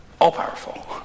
all-powerful